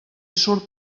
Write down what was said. surt